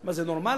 מה, זה נורמלי?